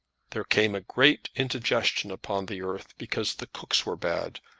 there came a great indigestion upon the earth because the cooks were bad,